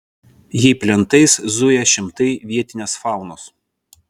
jei plentais zuja šimtai vietinės faunos